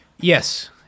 yes